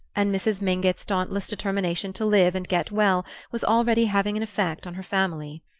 and mrs. mingott's dauntless determination to live and get well was already having an effect on her family.